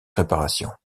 réparation